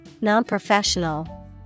Non-professional